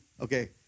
okay